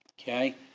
Okay